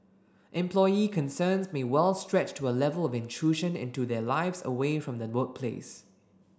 employee concerns may well stretch to a level of intrusion into their lives away from the workplace